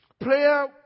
Prayer